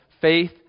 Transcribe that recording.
faith